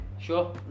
Sure